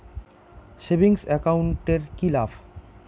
Savings account এর কি লাভ?